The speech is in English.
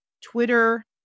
Twitter